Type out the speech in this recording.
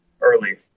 early